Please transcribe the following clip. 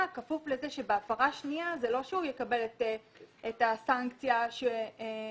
כפו לכך שבהפרה השנייה זה לא שהוא יקבל את הסנקציה הראשונית